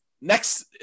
next